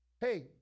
Hey